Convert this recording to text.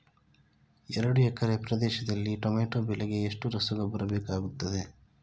ಎರಡು ಎಕರೆ ಪ್ರದೇಶದಲ್ಲಿ ಟೊಮ್ಯಾಟೊ ಬೆಳೆಗೆ ಎಷ್ಟು ರಸಗೊಬ್ಬರ ಬೇಕಾಗುತ್ತದೆ?